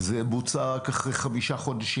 זה בוצע רק אחרי חמישה חודשים,